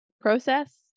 process